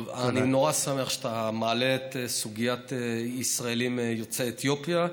אני נורא שמח שאתה מעלה את סוגיית הישראלים יוצאי אתיופיה.